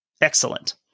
Excellent